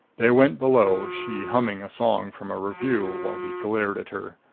they went below, she humming a song from a revue, while he glared at her.